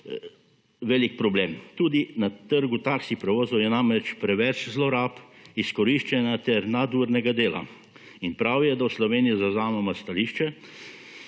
velik problem, tudi na trgu taksi prevozov je namreč preveč zlorab, izkoriščanja ter nadurnega dela. In prav je, da v Sloveniji zavzamemo stališče,